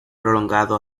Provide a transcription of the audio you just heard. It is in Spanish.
prolongado